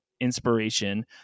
inspiration